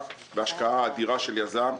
יתרה מזאת,